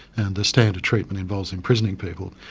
and the standard treatment involves imprisoning people.